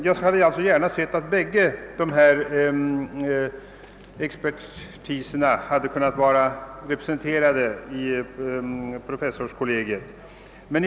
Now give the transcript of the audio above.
Jag hade därför gärna sett att bägge dessa slag av expertis hade kunnat vara representerade i professorskollegiet.